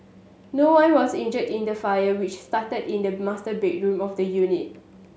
no one was injured in the fire which started in the master bedroom of the unit